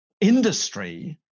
industry